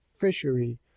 fishery